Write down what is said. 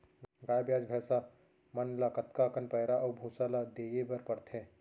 गाय ब्याज भैसा मन ल कतका कन पैरा अऊ भूसा ल देये बर पढ़थे?